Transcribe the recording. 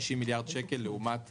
60 מיליארד שקל לעומת